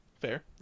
Fair